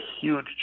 huge